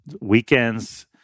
weekends